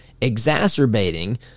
exacerbating